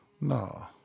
No